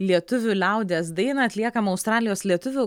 lietuvių liaudies dainą atliekamą australijos lietuvių